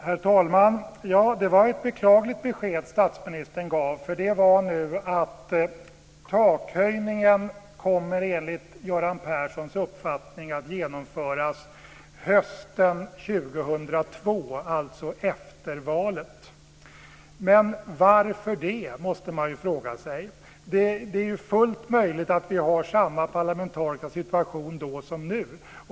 Herr talman! Det var ett beklagligt besked statsministern gav. Det var nu att takhöjningen enligt Göran Perssons uppfattning kommer att genomföras hösten 2002, alltså efter valet. Men varför det?, måste man fråga sig. Det är ju fullt möjligt att vi har samma parlamentariska situation då som nu.